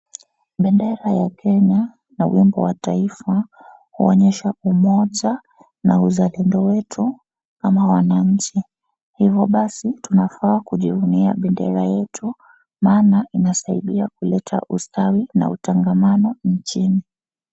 Bendera wa kenya na wimbo wa taifa huonyesha umoja na uzalendo wetu kama wananchi, hivo basi tunafaa kujivunia bendera yetu maana inasaidia kuleta ustawi na utangamano nchini